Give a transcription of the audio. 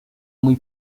muy